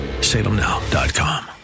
Salemnow.com